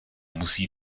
musí